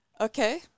Okay